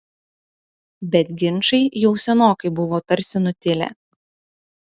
bet ginčai jau senokai buvo tarsi nutilę